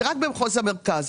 זה רק במחוז המרכז.